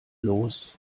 los